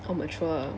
oh mature